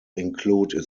include